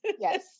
Yes